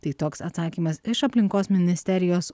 tai toks atsakymas iš aplinkos ministerijos